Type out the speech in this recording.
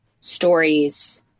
stories